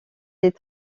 des